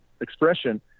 expression